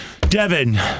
Devin